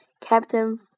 Captain